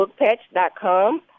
bookpatch.com